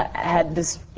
had this,